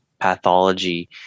pathology